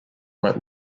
wet